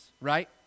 right